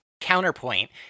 Counterpoint